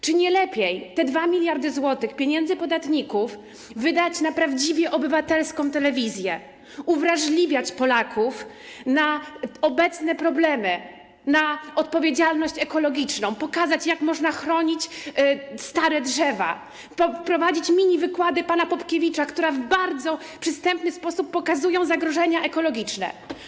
Czy nie lepiej te 2 mld zł pieniędzy podatników wydać na prawdziwie obywatelską telewizję, uwrażliwiać Polaków na obecne problemy, na odpowiedzialność ekologiczną, pokazać, jak można chronić stare drzewa, prowadzić miniwykłady pana Popkiewicza, które w bardzo przystępny sposób pokazują zagrożenia ekologiczne?